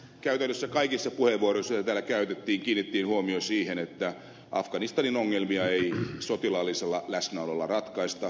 käytännössä kaikissa puheenvuoroissa joita täällä käytettiin kiinnitettiin huomio siihen että afganistanin ongelmia ei sotilaallisella läsnäololla ratkaista